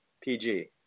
PG